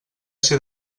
ser